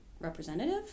representative